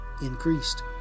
increased